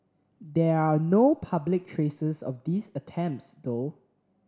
there are no public traces of these attempts though